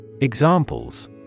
Examples